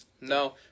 no